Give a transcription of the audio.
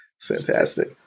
Fantastic